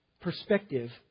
perspective